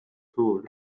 suur